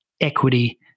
equity